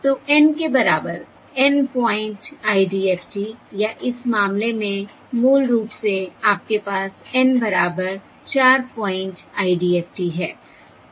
तो N के बराबर N प्वाइंट IDFT या इस मामले में मूल रूप से आपके पास N बराबर 4 प्वाइंट IDFT है